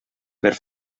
per